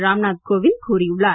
ராம் நாத் கோவிந்த் கூறியுள்ளார்